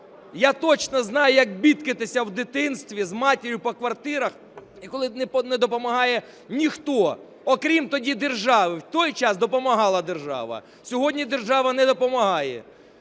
Я точно знаю, як бідкатися у дитинстві з матір'ю по квартирах, і коли не допомагає ніхто, окрім тоді держави. В той час допомагала держава, сьогодні держава не допомагає.